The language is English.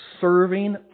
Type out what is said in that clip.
Serving